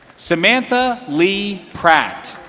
samantha lee pratt.